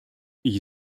ich